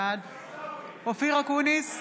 בעד אופיר אקוניס,